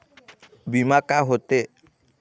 बीमा का होते?